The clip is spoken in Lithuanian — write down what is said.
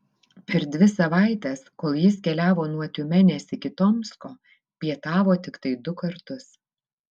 per dvi savaites kol jis keliavo nuo tiumenės iki tomsko pietavo tiktai du kartus